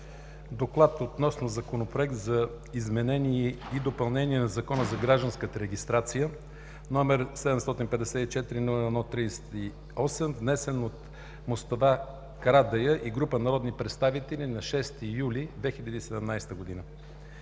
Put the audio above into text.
„ДОКЛАД относно Законопроект за изменение и допълнение на Закона за гражданската регистрация, № 754-01-38, внесен от Мустафа Карадайъ и група народни представители на 6 юли 2017 г.